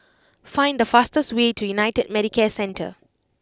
find the fastest way to United Medicare Centre